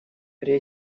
при